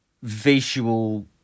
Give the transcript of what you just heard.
visual